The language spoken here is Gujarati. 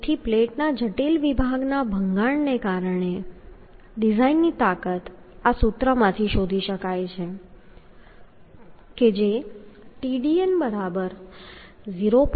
તેથી પ્લેટના જટિલ વિભાગના ભંગાણને કારણે ડિઝાઇનની તાકાત આ સૂત્રમાંથી શોધી શકાય છે જે Tdn0